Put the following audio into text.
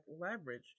leverage